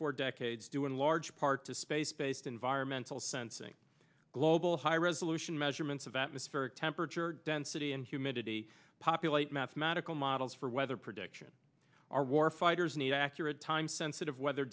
four decades due in large part to space based environmental sensing global high resolution measurements of atmospheric temperature density and humidity populate mathematical models for weather prediction our war fighters need accurate time sensitive weather